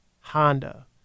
Honda